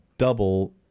Double